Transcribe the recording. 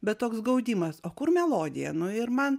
bet toks gaudimas o kur melodija nu ir man